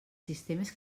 sistemes